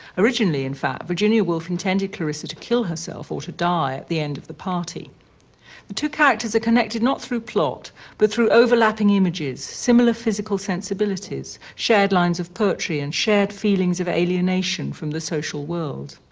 originally, in fact, virginia woolf intended clarissa to kill herself or to die at the end of the party. the two characters are connected not through plot but through overlapping images, similar physical sensibilities, shared lines of poetry and shared feelings of alienation from the social world.